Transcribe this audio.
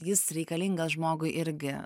jis reikalingas žmogui irgi